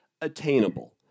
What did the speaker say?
attainable